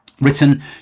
written